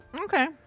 Okay